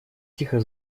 тихо